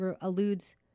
alludes